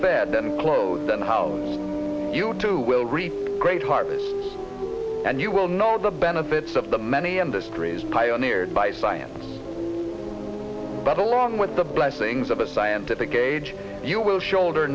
and clothed and how you too will reap great harvest and you will know the benefits of the many industries pioneered by science but along with the blessings of a scientific age you will shoulder